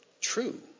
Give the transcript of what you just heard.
true